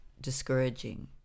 discouraging